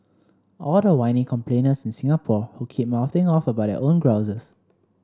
all the whiny complainers in Singapore who keep mouthing off about their own grouses